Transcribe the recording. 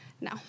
No